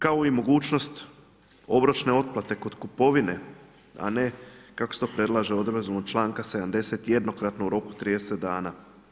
Kao i mogućnost obročne otplate kod kupovine, a ne kako se to prelaže odredbom članka 70. jednokratno u roku od 30 dana.